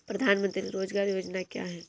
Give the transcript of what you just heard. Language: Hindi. प्रधानमंत्री रोज़गार योजना क्या है?